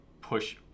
push